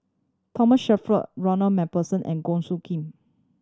Thomas Shelford Ronald Macpherson and Goh Soo Khim